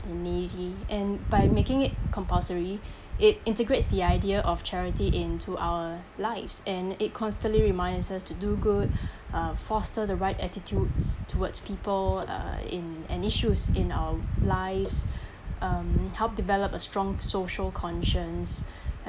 the needy and by making it compulsory it integrates the idea of charity into our lives and it constantly reminds us to do good uh foster the right attitudes towards people uh in issues in our lives um help develop a strong social conscience